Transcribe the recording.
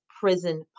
prison